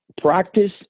practice